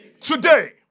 today